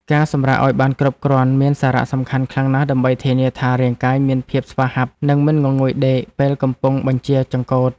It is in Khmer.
ការសម្រាកឱ្យបានគ្រប់គ្រាន់មានសារៈសំខាន់ណាស់ដើម្បីធានាថារាងកាយមានភាពស្វាហាប់និងមិនងងុយដេកពេលកំពុងបញ្ជាចង្កូត។